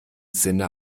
sinne